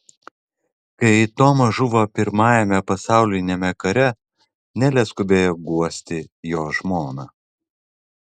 kai tomas žuvo pirmajame pasauliniame kare nelė skubėjo guosti jo žmoną